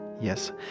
yes